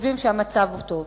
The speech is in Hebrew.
שחושבים שהמצב הוא טוב.